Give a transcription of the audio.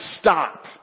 stop